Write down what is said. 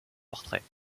portraits